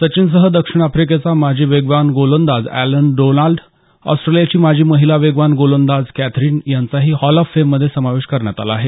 सचिनसह दक्षिण अफ्रिकेचा माजी वेगवान गोलंदाज अॅलन डोनाल्ड ऑस्ट्रेलियाची माजी महिला वेगवान गोलंदाज कॅथरीन यांचाही हॉल ऑफ फेममध्ये समावेश करण्यात आला आहे